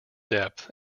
depth